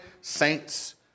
Saints